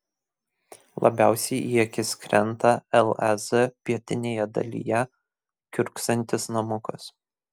labiausiai į akis krenta lez pietinėje dalyje kiurksantis namukas